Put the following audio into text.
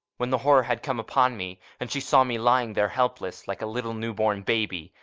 when the horror had come upon me, and she saw me lying there helpless, like a little new-born baby,